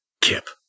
Kip